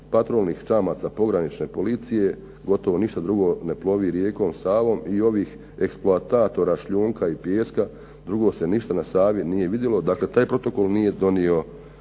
patrolnih čamaca pogranične policije, gotovo ništa drugo ne plovi rijekom Savom i ovih eksploatatora šljunka i pijeska, drugo se na Savi nije vidjelo. Dakle, taj protokol nije donio